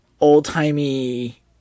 old-timey